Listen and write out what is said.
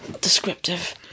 Descriptive